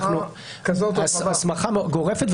זו הסמכה גורפת,